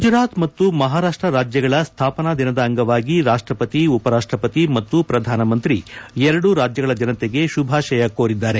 ಗುಜರಾತ್ ಮತ್ತು ಮಹಾರಾಷ್ಟ ರಾಜ್ಯಗಳ ಸ್ವಾಪನಾ ದಿನದ ಅಂಗವಾಗಿ ರಾಷ್ಟಪತಿ ಉಪರಾಷ್ಟಪತಿ ಮತ್ತು ಪ್ರಧಾನ ಮಂತ್ರಿ ಎರಡೂ ರಾಜ್ಯಗಳ ಜನತೆಗೆ ಶುಭಾಶಯ ಕೋರಿದ್ದಾರೆ